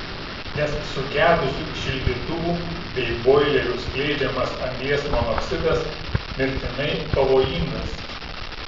nes sugedusių šildytuvų bei boilerių skleidžiamas anglies monoksidas mirtinai pavojingas